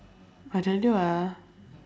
I tell you ah